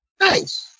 Nice